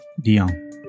Dion